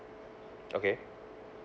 okay